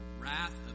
wrath